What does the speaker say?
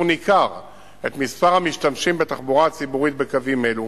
ניכר את מספר המשתמשים בתחבורה הציבורית בקווים אלו.